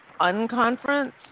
unconference